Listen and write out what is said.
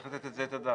לתת על זה את הדעת,